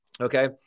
Okay